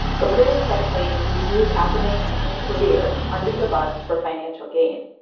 but critics have claimed he threw kaepernick and his career under the bus for financial gain.